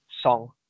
song